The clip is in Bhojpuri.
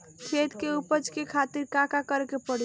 खेत के उपजाऊ के खातीर का का करेके परी?